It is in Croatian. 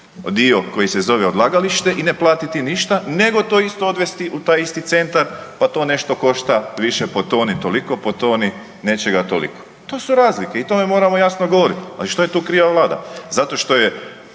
dio koji se zove odlagalište i ne platiti ništa nego to isto odvesti u taj isti centar pa to nešto košta više po toni toliko, po toni nečega toliko to su razlike i o tome moramo jasno govorit. Ali što je tu kriva Vlada? Zato što je